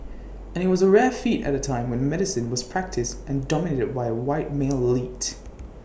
and IT was A rare feat at A time when medicine was practised and dominated by A white male elite